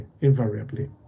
invariably